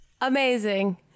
Amazing